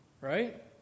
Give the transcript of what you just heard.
right